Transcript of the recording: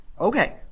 Okay